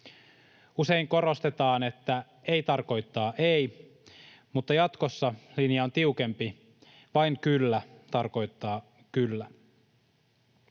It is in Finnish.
Usein korostetaan, että ei tarkoittaa ei, mutta jatkossa linja on tiukempi: vain kyllä tarkoittaa kyllä.